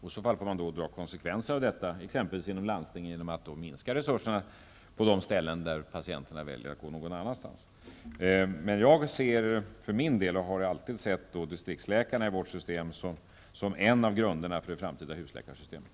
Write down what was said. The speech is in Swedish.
I så fall får man dra konsekvenserna av detta, exempelvis inom landstingen, genom att minska resurserna på de ställen vilkas patienter väljer att gå någon annanstans. Men jag har för min del alltid sett distriktsläkarna som en av grunderna för det framtid husläkarsystemet.